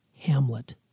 Hamlet